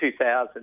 2000